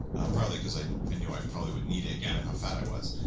and probably because i i knew i probably would need it, given how fat i was.